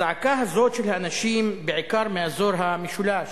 הזעקה הזאת של אנשים, בעיקר מאזור המשולש,